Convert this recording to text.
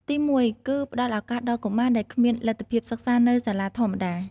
ទី១ គឺផ្ដល់ឱកាសដល់កុមារដែលគ្មានលទ្ធភាពសិក្សានៅសាលាធម្មតា។